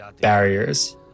barriers